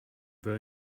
were